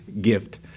gift